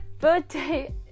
birthday